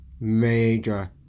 major